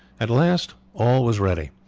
at last all was ready,